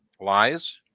lies